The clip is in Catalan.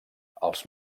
els